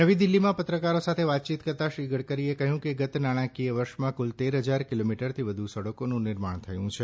નવી દિલ્હીમાં પત્રકારો સાથે વાતચીત કરતાં શ્રી ગડકરીએ કહ્યું કે ગત નાણાકીય વર્ષમાં કુલ તેર હજાર કિલોમીટરથી વધુ સડકોનું નિર્માણ થયુ હતું